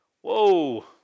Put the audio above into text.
Whoa